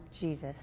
Jesus